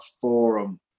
forum